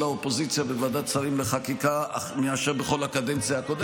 האופוזיציה בוועדת שרים לחקיקה מאשר בכל הקדנציה הקודמת.